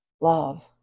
love